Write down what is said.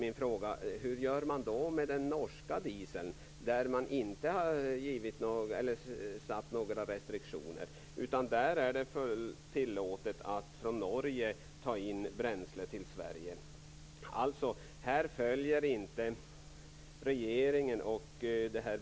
I fråga om den finns det inte några restriktioner, utan det är tillåtet att ta in bränsle från Norge till Sverige.